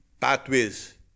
pathways